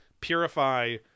purify